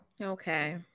Okay